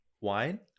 wine